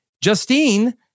Justine